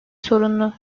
sorunlu